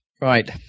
Right